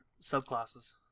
subclasses